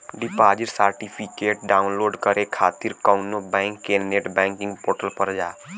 deposit certificate download करे खातिर कउनो बैंक के नेट बैंकिंग पोर्टल पर जा